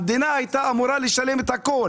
המדינה הייתה אמורה לשלם עבור הכול